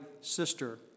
sister